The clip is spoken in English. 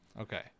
Okay